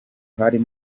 hari